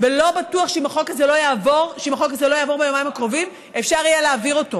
ולא בטוח שאם החוק הזה לא יעבור ביומיים הקרובים אפשר יהיה להעביר אותו.